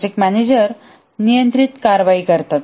project manager नियंत्रित कारवाई करतात